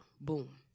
Boom